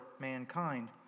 mankind